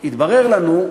והתברר לנו,